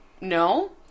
No